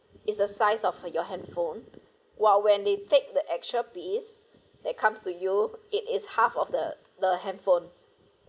is the size of your handphone while when they take the extra piece that comes to you it is half of the the handphone